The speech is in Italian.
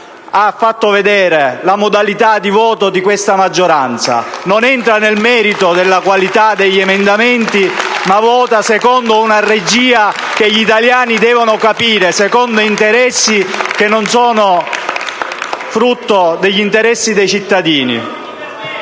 ha fatto vedere la modalità di voto di questa maggioranza, che non entra nel merito della qualità degli emendamenti, ma vota secondo una regia, che gli italiani devono capire, e secondo interessi che non sono quelli dei cittadini.